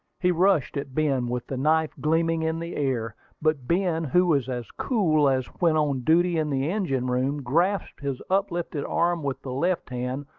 he rushed at ben, with the knife gleaming in the air but ben, who was as cool as when on duty in the engine-room, grasped his uplifted arm with the left hand,